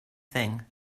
thing